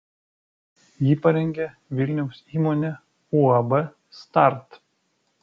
jį parengė vilniaus įmonė uab start